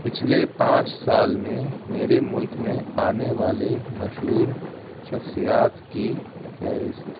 پچھلے پانچ سال میں میرے مُلک میں آنے والے مشہور شخصیات کی فہرست